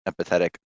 empathetic